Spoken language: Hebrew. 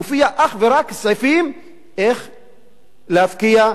מופיעים אך ורק סעיפים איך להפקיע,